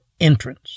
entrance